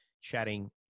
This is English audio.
chatting